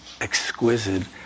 exquisite